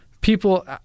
People